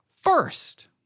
first